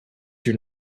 your